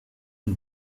can